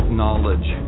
knowledge